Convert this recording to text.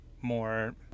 more